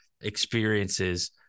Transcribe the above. experiences